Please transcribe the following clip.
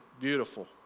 beautiful